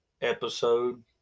episode